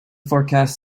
forecast